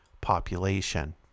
population